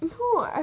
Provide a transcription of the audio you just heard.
of course I